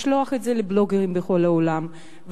לשלוח את זה לבלוגרים בכל העולם,